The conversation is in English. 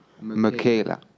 Michaela